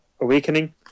Awakening